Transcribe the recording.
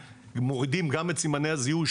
מורידים גם את סימני הזיהוי.